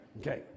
Okay